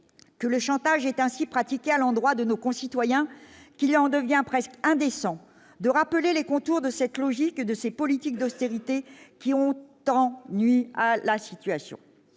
que le chantage est ainsi pratiqué à l'endroit de nos concitoyens, qu'il en devient presque indécent de rappeler les contours de cette logique de ces politiques d'austérité qui ont tant nui à la situation,